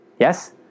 Yes